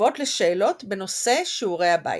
תשובות לשאלות בנושאי שיעורי הבית.